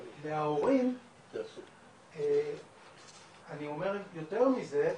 מההורים, אני אומר יותר מזה,